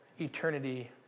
eternity